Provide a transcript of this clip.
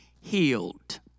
healed